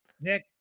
Nick